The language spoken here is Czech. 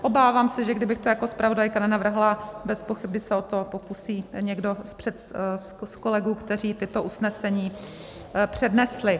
Obávám se, že kdybych to jako zpravodajka nenavrhla, bezpochyby se o to pokusí někdo z kolegů, kteří tato usnesení přednesli.